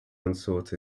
unsought